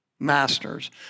Masters